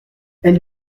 elle